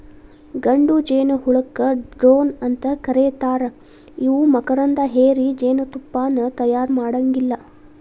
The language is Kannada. ಗಂಡು ಜೇನಹುಳಕ್ಕ ಡ್ರೋನ್ ಅಂತ ಕರೇತಾರ ಇವು ಮಕರಂದ ಹೇರಿ ಜೇನತುಪ್ಪಾನ ತಯಾರ ಮಾಡಾಂಗಿಲ್ಲ